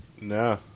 No